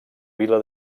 vila